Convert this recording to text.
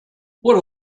what